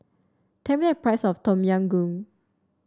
tell me the price of Tom Yam Goong